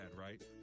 right